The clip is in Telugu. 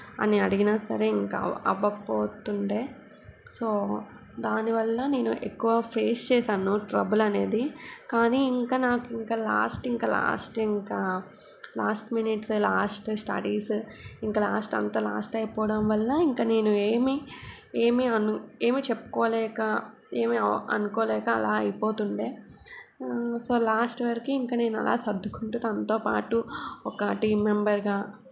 అని అడిగినా సరే ఇంకా అవి అవకపోతుండే సో దానివల్ల నేను ఎక్కువ ఫేస్ చేసాను ట్రబుల్ అనేది కానీ ఇంకా నాకు ఇంకా లాస్ట్ ఇంకా లాస్ట్ ఇంకా లాస్ట్ మినిట్స్ లాస్ట్ స్టడీస్ ఇంకా లాస్ట్ అంతా లాస్ట్ అయిపోవడం వల్ల ఇంకా నేను ఏమీ ఏమి అని ఏమి చెప్పుకోలేక ఏమి అనుకోలేక అలా అయిపోతుండేది సో లాస్ట్ వరకు ఇంకా నేను అలా సర్దుకుంటూ తనతోపాటు ఒక టీం మెంబెర్గా